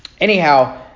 anyhow